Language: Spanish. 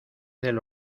del